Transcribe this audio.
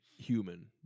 human